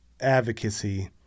advocacy